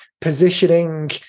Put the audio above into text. positioning